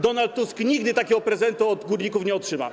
Donald Tusk nigdy takiego prezentu od górników nie otrzyma.